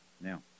Now